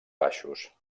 baixos